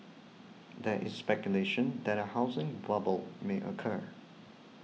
there is speculation that a housing bubble may occur